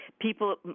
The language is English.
people